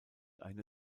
eine